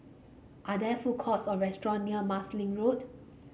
are there food courts or restaurant near Marsiling Road